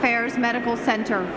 affairs medical center